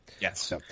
Yes